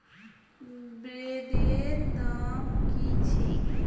ब्रेदेर दाम की छेक